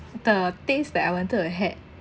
the things that I wanted to had